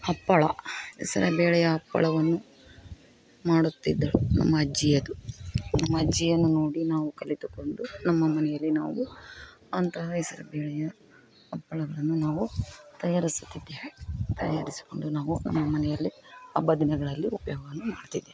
ಹಪ್ಪಳ ಹೆಸರು ಬೇಳೆಯ ಹಪ್ಪಳವನ್ನು ಮಾಡುತ್ತಿದ್ದಳು ನಮ್ಮ ಅಜ್ಜಿಯದು ನಮ್ಮ ಅಜ್ಜಿಯನ್ನು ನೋಡಿ ನಾವು ಕಲಿತುಕೊಂಡು ನಮ್ಮ ಮನೆಯಲ್ಲಿ ನಾವು ಅಂತಹ ಹೆಸರು ಬೇಳೆಯ ಹಪ್ಪಳವನ್ನು ನಾವು ತಯಾರಿಸುತ್ತಿದ್ದೇವೆ ತಯಾರಿಸಿಕೊಂಡು ನಾವು ನಮ್ಮ ಮನೆಯಲ್ಲಿ ಹಬ್ಬದ್ ದಿನಗಳಲ್ಲಿ ಉಪಯೋಗವನ್ನು ಮಾಡ್ತಿದ್ದೆ